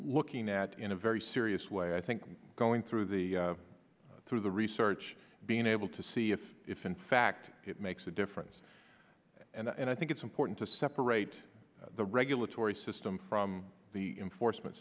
looking at in a very serious way i think going through the through the research being able to see if if in fact it makes a difference and i think it's important to separate the regulatory system from the for